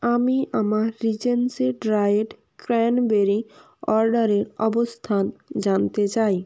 আমি আমার Regency dried cranberry অর্ডারের অবস্থান জানতে চাই